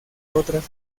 otras